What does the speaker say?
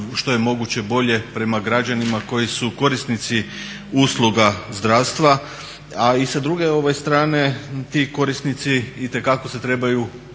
što je moguće bolje prema građanima koji su korisnici usluga zdravstva, a i sa druge strane ti korisnici itekako se trebaju